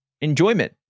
enjoyment